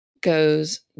goes